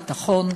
שר הביטחון,